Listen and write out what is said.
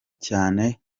cyane